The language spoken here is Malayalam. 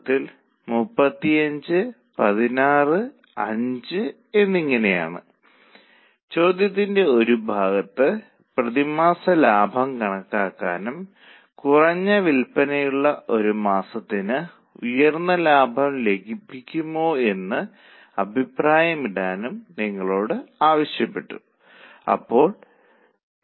ഇന്ന് നമ്മൾ ഒരു പടി കൂടി മുന്നോട്ട് പോകും നമ്മൾ ഒരു ഡ്രാഫ്റ്റ് ബഡ്ജറ്റ് ഉണ്ടാക്കാൻ ശ്രമിക്കും നമ്മൾ ഒരു തരം സെൻസിറ്റിവിറ്റി വിശകലനം നടത്തും ഇത് മാനേജ്മെന്റിന്റെ ഡിസൈനുകൾ അനുസരിച്ച് സാഹചര്യത്തിന്റെ ആവശ്യങ്ങൾക്കനുസരിച്ച് അതിൽ ചില മാറ്റങ്ങൾ ഉൾപ്പെടുത്തുക